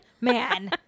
man